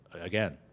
again